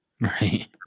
Right